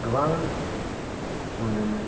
गोबां मोनोमोन